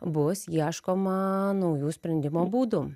bus ieškoma naujų sprendimo būdų